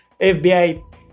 FBI